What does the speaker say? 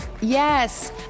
Yes